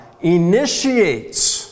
initiates